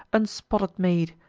unspotted maid,